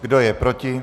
Kdo je proti?